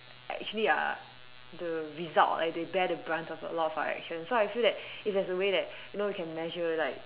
actually are the result like they bear the brunt of a lot of our actions so I feel that if there's a way that you know we can measure like